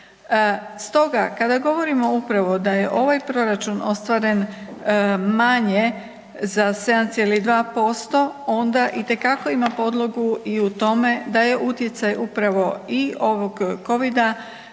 Stoga kada govorimo upravo da je ovaj proračun ostvaren manje za 7,2% onda itekako ima podlogu i u tome da je utjecaj upravo i ovog covida